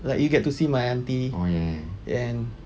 like you get to see my aunty and